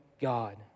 God